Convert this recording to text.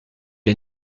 est